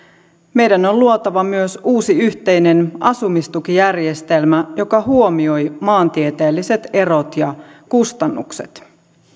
meidän on on luotava myös uusi yhteinen asumistukijärjestelmä joka huomioi maantieteelliset erot ja kustannukset